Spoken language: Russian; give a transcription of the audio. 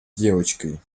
девочкой